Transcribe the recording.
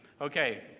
Okay